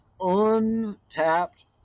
untapped